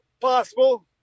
Possible